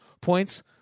points